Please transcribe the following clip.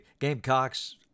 Gamecocks